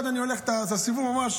אני הולך את הסיבוב ממש.